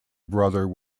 brother